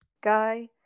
guy